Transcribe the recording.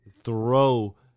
throw